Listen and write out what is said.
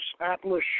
Atlas